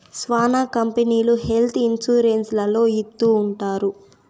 శ్యానా కంపెనీలు health insurance లలో ఇత్తూ ఉంటాయి